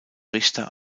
richter